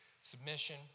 submission